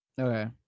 Okay